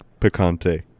Picante